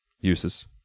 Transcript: uses